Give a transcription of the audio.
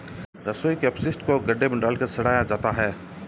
रसोई के अपशिष्ट को गड्ढे में डालकर सड़ाया जाता है